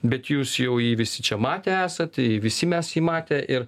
bet jūs jau jį visi čia matę esat visi mes jį matę ir